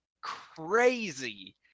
crazy